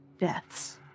deaths